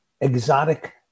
Exotic